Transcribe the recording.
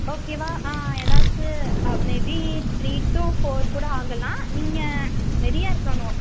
ஓகேவா ஏதாச்சி maybe three to ஃபோர்க்கூட ஆகலாம் நீங்கள் ரெடியாயிருக்கணும்